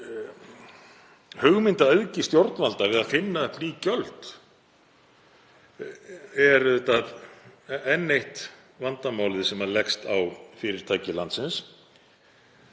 hugmyndaauðgi stjórnvalda við að finna upp ný gjöld er auðvitað enn eitt vandamálið sem leggst á fyrirtæki landsins.